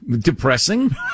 Depressing